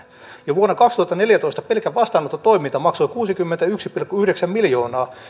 jo vuonna kaksituhattaneljätoista pelkkä vastaanottotoiminta maksoi kuusikymmentäyksi pilkku yhdeksän miljoonaa